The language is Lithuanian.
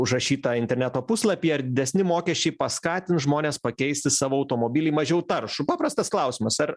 užrašytą interneto puslapyje ar didesni mokesčiai paskatins žmones pakeisti savo automobilį į mažiau taršų paprastas klausimas ar